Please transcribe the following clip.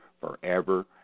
forever